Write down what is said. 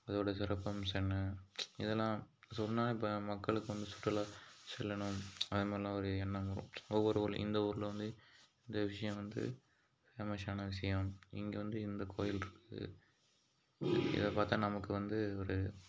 அதோட சிறப்பம்சம் என்ன இதெல்லாம் சொன்னால் இப்போ மக்களுக்கு வந்து சுற்றுலா செல்லணும் அது மாதிரிலாம் ஒரு எண்ணம் வரும் ஒவ்வொரு ஊர்லேயும் இந்த ஊரில் வந்து இந்த விஷயம் இந்த வந்து ஃபேமஸான விஷயம் இங்கே வந்து இந்த கோவில் இருக்கு இதை பார்த்தா நமக்கு வந்து ஒரு